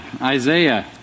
Isaiah